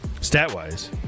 stat-wise